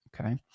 Okay